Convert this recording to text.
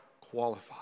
qualified